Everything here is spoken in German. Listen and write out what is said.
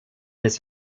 des